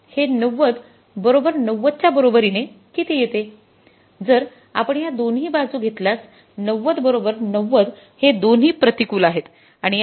हे ९० बरोबर ९० च्या बरोबरीने किती येते जर आपण या दोन्ही बाजू घेतल्यास ९० बरोबर ९० हे दोन्ही प्रतिकूल आहेत